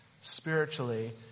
spiritually